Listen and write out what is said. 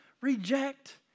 reject